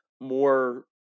more